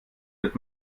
wird